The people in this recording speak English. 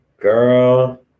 Girl